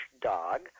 Dog